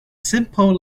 simple